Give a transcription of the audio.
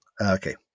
okay